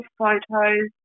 photos